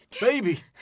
Baby